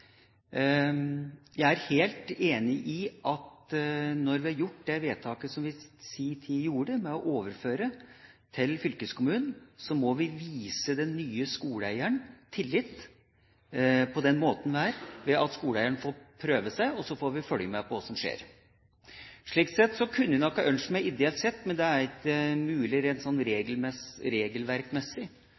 Jeg er helt enig i at når vi har fattet det vedtaket som vi sin tid gjorde med å overføre dette til fylkeskommunene, må vi vise den nye skoleeieren tillit ved at skoleeieren får prøve seg. Så får vi følge med på hva som skjer. Slik sett kunne jeg ideelt sett – noe som ikke er mulig rent regelverksmessig – tenkt meg å ha en